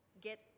get